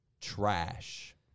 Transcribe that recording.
trash